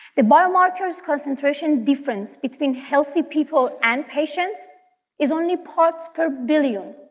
the biomarkers concentration difference between healthy people and patients is only parts per billion.